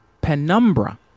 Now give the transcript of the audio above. penumbra